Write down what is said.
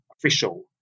official